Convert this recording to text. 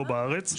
לא בארץ,